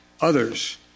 others